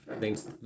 thanks